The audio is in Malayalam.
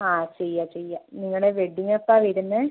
ആ ചെയ്യാം ചെയ്യാം നിങ്ങളുടെ വെഡ്ഡിംഗ് എപ്പോഴാണ് വരുന്നത്